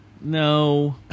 No